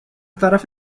طرف